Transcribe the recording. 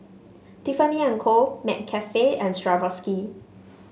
Tiffany And Co McCafe and Swarovski